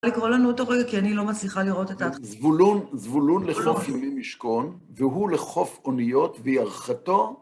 ...לקרוא לנו אותו רגע, כי אני לא מצליחה לראות את ה... זבולון, זבולון לחוף ימים משכון, והוא לחוף אוניות וירכתו.